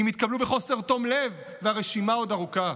אם התקבלו בחוסר תום לב, והרשימה עוד ארוכה.